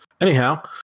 Anyhow